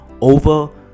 over